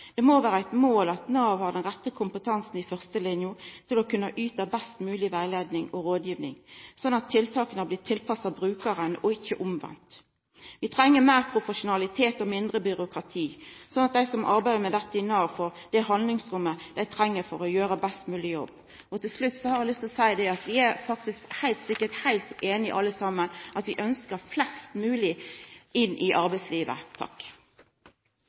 Det må vera eit mål at Nav har den rette kompetansen i førstelinja til å kunna yta best mogleg rettleiing og rådgiving, slik at tiltaka blir tilpassa brukaren og ikkje omvendt. Vi treng meir profesjonalitet og mindre byråkrati, slik at dei som arbeider med dette i Nav, får det handlingsrommet dei treng for å gjera ein best mogleg jobb. Til slutt har eg lyst til å seia at det vi faktisk heilt sikkert er heilt einige i alle saman, er at vi ønskjer flest mogleg inn i arbeidslivet.